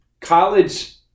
college